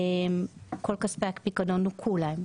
וכל כספי הפיקדון נוכו להם.